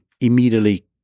immediately